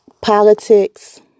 Politics